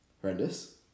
horrendous